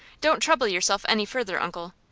don't trouble yourself any further, uncle.